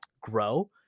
grow